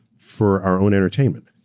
for our own entertainment.